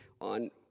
on